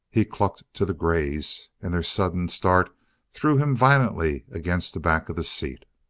he clucked to the greys and their sudden start threw him violently against the back of the seat.